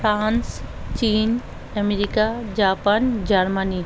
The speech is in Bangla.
ফ্রান্স চিন আমেরিকা জাপান জার্মানি